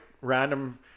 random